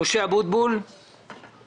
חבר הכנסת